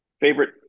favorite